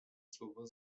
słowa